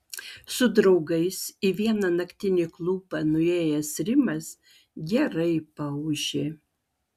su draugais į vieną naktinį klubą nuėjęs rimas gerai paūžė